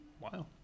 Wow